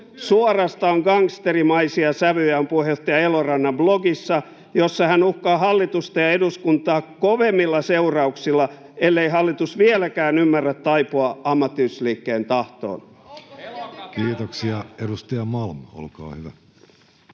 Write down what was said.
Suorastaan gangsterimaisia sävyjä on puheenjohtaja Elorannan blogissa, jossa hän uhkaa hallitusta ja eduskuntaa kovemmilla seurauksilla, ellei hallitus vieläkään ymmärrä taipua ammattiyhdistysliikkeen tahtoon. [Speech